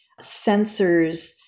sensors